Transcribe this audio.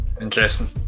Interesting